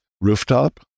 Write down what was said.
rooftop